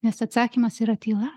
nes atsakymas yra tyla